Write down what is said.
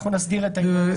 אנחנו נסדיר את העניין.